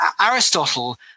Aristotle